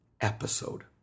episode